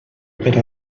per